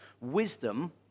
wisdom